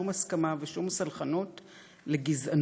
שום הסכמה ושום סלחנות לגזענות.